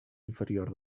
inferior